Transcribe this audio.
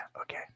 Okay